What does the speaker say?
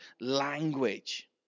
language